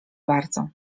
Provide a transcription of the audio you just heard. bardzo